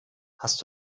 hast